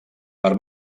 per